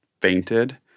fainted